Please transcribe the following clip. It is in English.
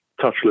touchless